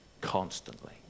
constantly